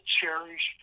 cherish